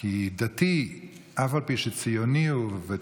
כי דתי, אף על פי שציוני הוא ותורם,